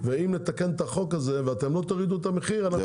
ואם נתקן את החוק ולא תורידו את המחיר --- זה